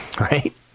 Right